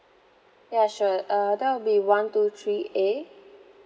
ya sure uh that would be one two three A